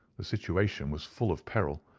the situation was full of peril.